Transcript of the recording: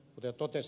herra puhemies